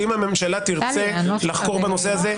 ואם הממשלה תרצה לחקור בנושא הזה,